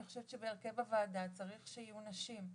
אני חושבת שבהרכב הוועדה צריך שיהיו נשים,